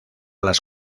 las